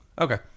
Okay